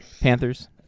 Panthers